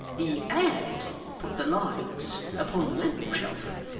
he had put the lights upon the mantel-shelf